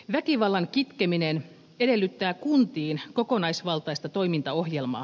väkivallan kitkeminen edellyttää kuntiin kokonaisvaltaista toimintaohjelmaa